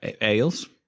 ales